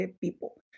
people